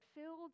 filled